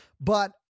But-